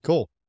Cool